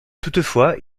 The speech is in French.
toutefois